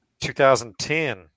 2010